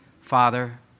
Father